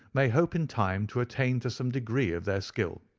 may hope in time to attain to some degree of their skill.